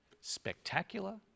Spectacular